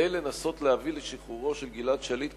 כדי לנסות להביא לשחרורו של גלעד שליט,